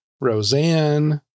Roseanne